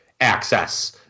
access